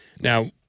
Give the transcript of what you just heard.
Now